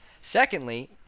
Secondly